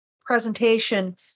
presentation